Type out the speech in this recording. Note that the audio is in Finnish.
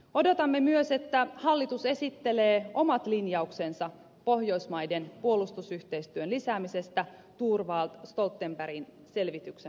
odotamme myös että hallitus esittelee omat linjauksensa pohjoismaiden puolustusyhteistyön lisäämisestä thorvald stoltenbergin selvityksen pohjalta